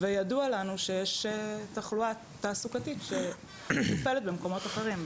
וידוע לנו שיש תחלואה תעסוקתית שמטופלת במקומות אחרים,